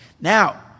Now